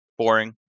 boring